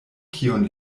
kiun